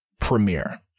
premiere